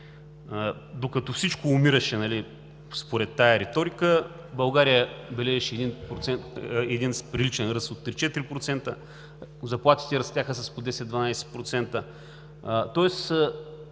Докато всичко умираше според тази риторика, България бележеше един приличен ръст от 3 – 4%, заплатите растяха с по 10 – 12%. Тоест